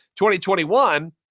2021